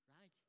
right